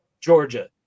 Georgia